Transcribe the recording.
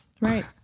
Right